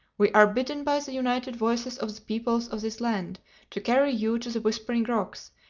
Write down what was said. we are bidden by the united voices of the peoples of this land to carry you to the whispering rocks,